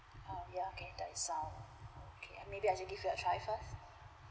oh ya okay that is all okay maybe I just give it a try first